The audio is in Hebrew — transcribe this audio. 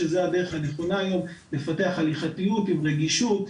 שזו הדרך הנכונה היום לפתח הליכתיות עם רגישות,